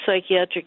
psychiatric